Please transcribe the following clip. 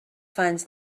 funds